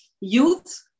youth